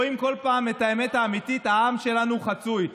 רואים כל פעם את האמת האמיתית שהעם שלנו חצוי.